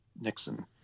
Nixon